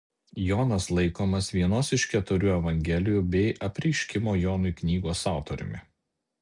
jonas laikomas vienos iš keturių evangelijų bei apreiškimo jonui knygos autoriumi